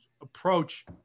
approach